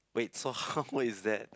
wait so how is that